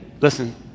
Listen